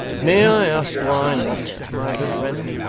may i ask why not, my good friend